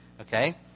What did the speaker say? Okay